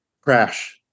Crash